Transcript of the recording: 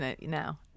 now